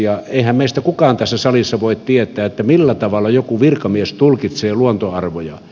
eihän meistä kukaan tässä salissa voi tietää millä tavalla joku virkamies tulkitsee luontoarvoja